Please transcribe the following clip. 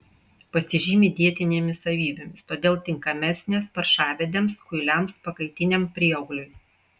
pasižymi dietinėmis savybėmis todėl tinkamesnės paršavedėms kuiliams pakaitiniam prieaugliui